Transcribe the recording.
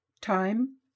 Time